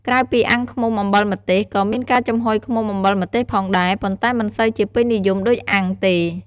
ក្រៅពីអាំងឃ្មុំអំបិលម្ទេស ក៏មានការចំហុយឃ្មុំអំបិលម្ទេសផងដែរ ប៉ុន្តែមិនសូវជាពេញនិយមដូចអាំងទេ។